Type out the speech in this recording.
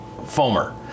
foamer